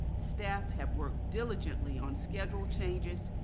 staff have worked diligently on schedule changes.